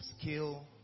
skill